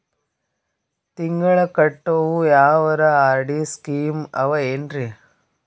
ತಿಂಗಳ ಕಟ್ಟವು ಯಾವರ ಆರ್.ಡಿ ಸ್ಕೀಮ ಆವ ಏನ್ರಿ?